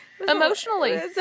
Emotionally